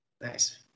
Nice